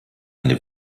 eine